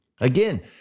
Again